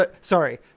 sorry